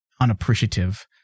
unappreciative